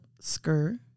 skirt